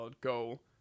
goal